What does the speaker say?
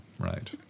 Right